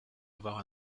avoir